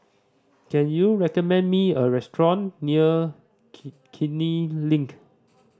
can you recommend me a restaurant near Kiichener Link